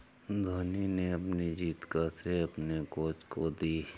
धोनी ने अपनी जीत का श्रेय अपने कोच को दी